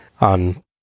on